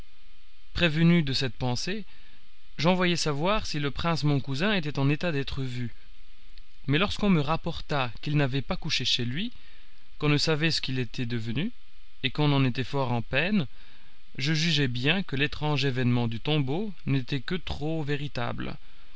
prévenu de cette pensée j'envoyai savoir si le prince mon cousin était en état d'être vu mais lorsqu'on me rapporta qu'il n'avait pas couché chez lui qu'on ne savait ce qu'il était devenu et qu'on en était fort en peine je jugeai bien que l'étrange événement du tombeau n'était que trop véritable